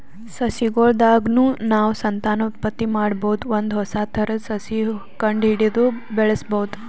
ಸಸಿಗೊಳ್ ದಾಗ್ನು ನಾವ್ ಸಂತಾನೋತ್ಪತ್ತಿ ಮಾಡಬಹುದ್ ಒಂದ್ ಹೊಸ ಥರದ್ ಸಸಿ ಕಂಡಹಿಡದು ಬೆಳ್ಸಬಹುದ್